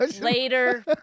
later